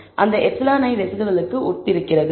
அந்த εi ரெஸிடுவலிற்கு ஒத்திருக்கிறது